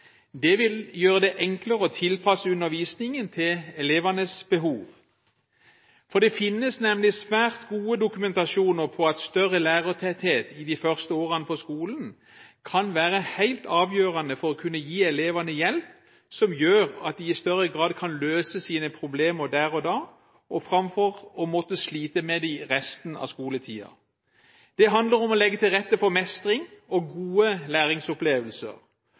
Det vil gjøre det enklere å tilpasse undervisningen til elevenes behov, for det finnes nemlig svært god dokumentasjon på at større lærertetthet i de første årene på skolen kan være helt avgjørende for å kunne gi elevene hjelp som gjør at de i større grad kan løse sine problemer der og da, framfor å måtte slite med dem resten av skoletida. Det handler om å legge til rette for mestring og gode læringsopplevelser,